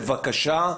בבקשה,